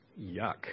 Yuck